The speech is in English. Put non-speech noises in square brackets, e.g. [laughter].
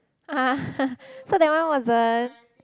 ah [laughs] so that one wasn't